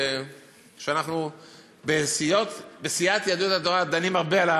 שאנחנו בסיעת יהדות התורה דנים הרבה,